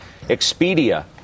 Expedia